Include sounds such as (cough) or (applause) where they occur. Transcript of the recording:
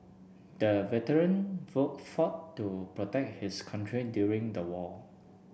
the veteran (unintelligible) to protect his country during the war